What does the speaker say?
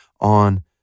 on